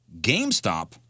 GameStop